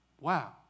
Wow